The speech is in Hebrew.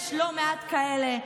יש לא מעט כאלה.